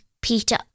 Peter